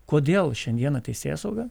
kodėl šiandieną teisėsauga